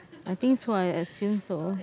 I think so I assume so